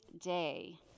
day